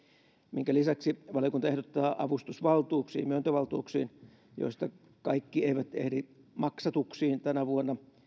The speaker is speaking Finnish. minkä lisäksi valiokunta ehdottaa avustusvaltuuksiin myöntövaltuuksiin joista kaikki eivät ehdi maksatuksiin tänä vuonna